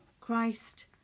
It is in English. Christ